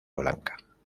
blanca